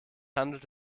handelt